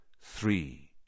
Three